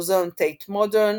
מוזיאון טייט מודרן,